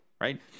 right